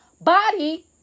body